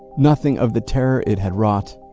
nothing of the terror it had wrought.